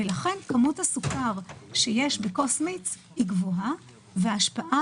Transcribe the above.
לכן כמות הסוכר שיש בכוס מיץ גבוהה וההשפעה